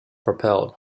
propelled